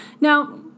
now